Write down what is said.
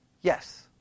Yes